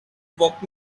woke